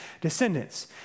descendants